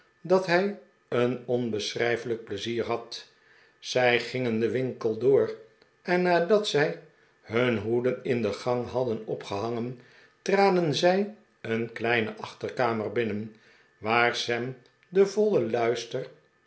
dat hij een onbeschrijfelijk pleizier had zij gingen den winkel door en nadat zij hun hoeden in de gang hadden opgehangen traden zij een kleine aehterkamer binnen waar sam den vollen luister